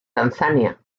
tanzania